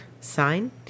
sign